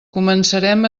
començarem